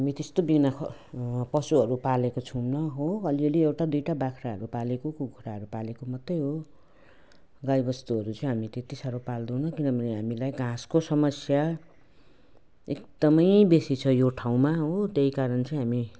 हामी त्यस्तो बिना पशुहरू पालेको त छैनौँ हो अलिअलि एउटा दुईवटा बाख्राहरू पालेको कुखुराहरू पालेको मात्रै हो गाईबस्तुहरू चाहिँ हामी त्यति साह्रो पाल्दैनौँ किनभने हामीलाई घाँसको समस्या एकदमै बेसी छ यो ठाउँमा हो त्यही कारण चाहिँ हामी